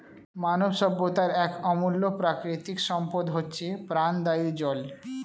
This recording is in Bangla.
মানব সভ্যতার এক অমূল্য প্রাকৃতিক সম্পদ হচ্ছে প্রাণদায়ী জল